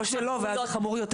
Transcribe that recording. או שלא ואז חמור יותר.